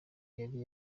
yari